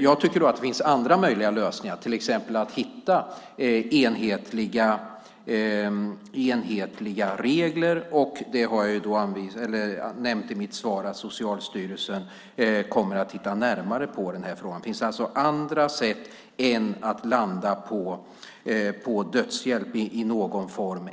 Jag tycker att det finns andra möjliga lösningar, till exempel att hitta enhetliga regler, och jag har nämnt i mitt svar att Socialstyrelsen kommer att titta närmare på frågan. Det finns alltså andra sätt än att landa på dödshjälp i någon form